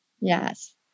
Yes